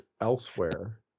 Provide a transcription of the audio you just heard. elsewhere